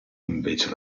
invece